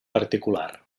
particular